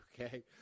okay